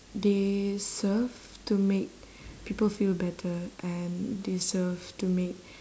they serve to make people feel better and they serve to make